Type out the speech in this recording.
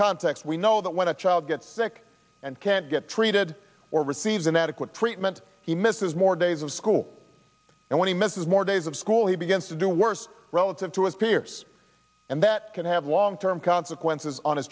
context we know that when a child gets sick and can't get treated or receives inadequate treatment he misses more days of school and when he misses more days of school he begins to do worse relative to his peers and that can have long term consequences on his